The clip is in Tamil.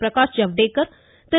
பிரகாஷ்ஜவ்டேகர் திரு